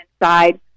inside